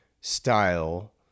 style